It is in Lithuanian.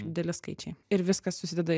dideli skaičiai ir viskas susideda